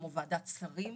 כמו ועדת שרים